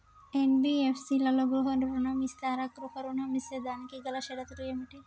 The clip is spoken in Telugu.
ఎన్.బి.ఎఫ్.సి లలో గృహ ఋణం ఇస్తరా? గృహ ఋణం ఇస్తే దానికి గల షరతులు ఏమిటి?